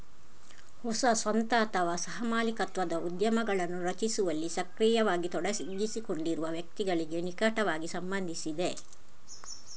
ಹೊಸ ಸ್ವಂತ ಅಥವಾ ಸಹ ಮಾಲೀಕತ್ವದ ಉದ್ಯಮಗಳನ್ನು ರಚಿಸುವಲ್ಲಿ ಸಕ್ರಿಯವಾಗಿ ತೊಡಗಿಸಿಕೊಂಡಿರುವ ವ್ಯಕ್ತಿಗಳಿಗೆ ನಿಕಟವಾಗಿ ಸಂಬಂಧಿಸಿದೆ